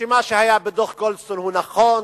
שמה שהיה בדוח-גולדסטון הוא נכון,